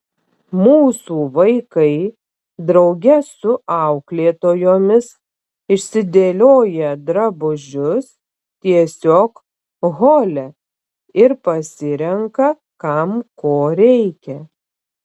mūsų vaikai drauge su auklėtojomis išsidėlioja drabužius tiesiog hole ir pasirenka kam ko reikia